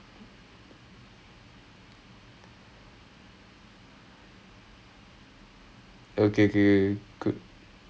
I like this feel I'm gonna do it then I just did it so I'm just abusing the system right now and then like anything bad happens ah S_U